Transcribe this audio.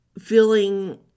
feeling